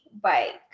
bike